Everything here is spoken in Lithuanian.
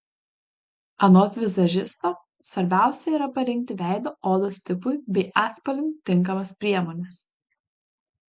anot vizažisto svarbiausia yra parinkti veido odos tipui bei atspalviui tinkamas priemones